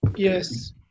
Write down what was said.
Yes